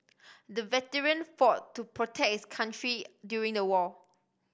the veteran fought to protect his country during the war